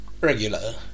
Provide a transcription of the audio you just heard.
regular